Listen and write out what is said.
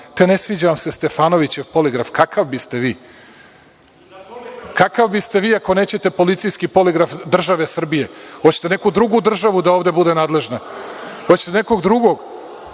te ne sviđa vam se Stefanovićev poligraf. Kakav biste vi? Kakav biste vi, ako nećete policijski poligraf države Srbije? Hoćete neku drugu državu da ovde bude nadležna? Hoćete li nekog drugog?